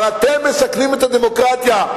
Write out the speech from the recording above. אבל אתם מסכנים את הדמוקרטיה.